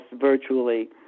virtually